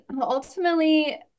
ultimately